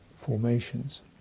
formations